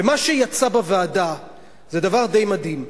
ומה שיצא בוועדה זה דבר די מדהים.